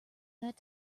that